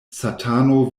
satano